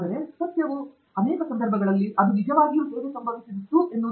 ಸತ್ಯವು ಅನೇಕ ಸಂದರ್ಭಗಳಲ್ಲಿ ಅದು ನಿಜವಾಗಿ ಹೇಗೆ ಸಂಭವಿಸಿತು ಎನ್ನುವುದು ಅಲ್ಲ